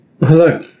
Hello